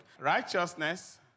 Righteousness